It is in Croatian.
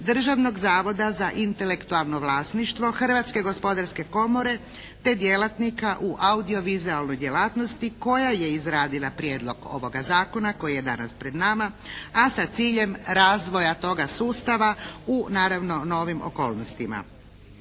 Državnog zavoda za intelektualno vlasništvo, Hrvatske gospodarske komore, te djelatnika u audiovizualnoj djelatnosti koja je izradila prijedlog ovoga zakona koji je danas pred nama, a sa ciljem razvoja toga sustava u naravno novim okolnostima.